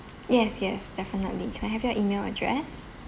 yes yes definitely can I have your email address